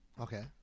Okay